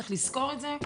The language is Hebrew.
צריך לזכור את זה.